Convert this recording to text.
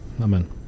amen